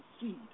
seed